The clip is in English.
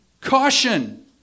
Caution